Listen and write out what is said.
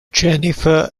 jennifer